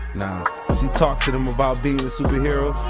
she talks to them about being a superhero,